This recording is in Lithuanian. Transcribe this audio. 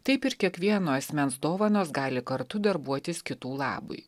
taip ir kiekvieno asmens dovanos gali kartu darbuotis kitų labui